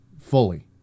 fully